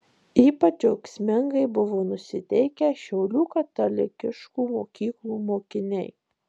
ypač džiaugsmingai buvo nusiteikę šiaulių katalikiškų mokyklų mokiniai